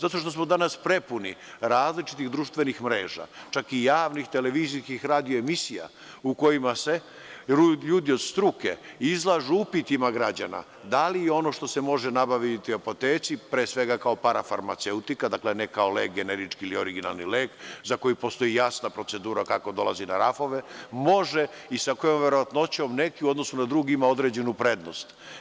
Zato što smo danas prepuni različitih društvenih mreža, čak i javnih televizijskih, radio emisija u kojima se ljudi od struke izlažu upitima građana da li je ono što se može nabaviti u apoteci, pre svega, kao parafarmaceutika, dakle ne kao lek, generički ili originalni lek za koji postoji jasna procedura kako dolazi na rafove, može i sa kojom verovatnoćom u odnosu na druge ima određenu prednost.